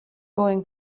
going